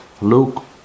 Luke